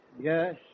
Yes